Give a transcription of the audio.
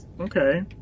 Okay